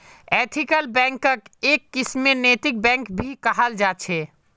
ethical बैंकक् एक किस्मेर नैतिक बैंक भी कहाल जा छे